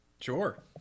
Sure